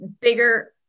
bigger